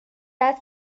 است